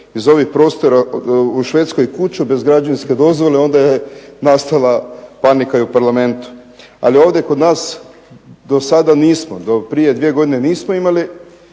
iz ovih prostora u Švedskoj kuću bez građevinske dozvole onda je nastala panika i u Parlamentu. Ali ovdje kod nas dosada nismo, do prije 2 godine nismo imali